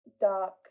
dark